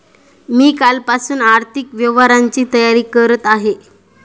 मी कालपासून आर्थिक व्यवहारांची तयारी करत आहे